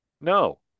No